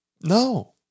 no